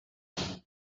isi